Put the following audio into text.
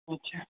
अच्छा